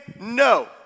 No